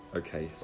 okay